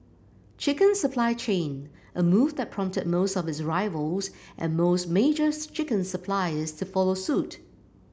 chicken supply chain a move that prompted most of its rivals and most major chicken suppliers to follow suit